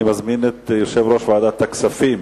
אני מזמין את יושב-ראש ועדת הכספים,